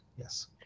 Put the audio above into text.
Yes